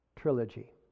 trilogy